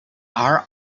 are